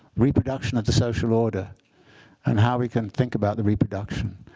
reproduction of the social order and how we can think about the reproduction.